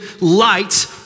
light